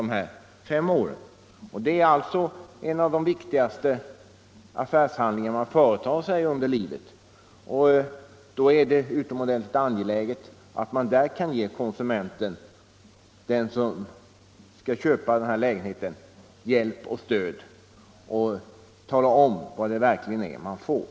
under de åren, och då är det utomordentligt angeläget att ge konsumenten hjälp och stöd och tala om vad det verkligen är han får.